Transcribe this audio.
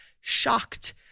shocked